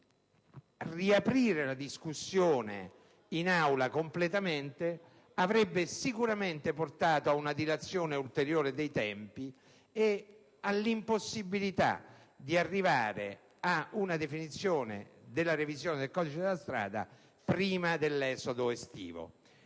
completamente la discussione in Aula avrebbe sicuramente portato ad una dilazione ulteriore dei tempi e all'impossibilità di arrivare ad una definizione della revisione del codice della strada prima dell'esodo estivo.